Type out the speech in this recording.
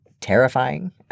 terrifying